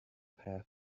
path